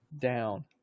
down